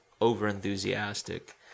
over-enthusiastic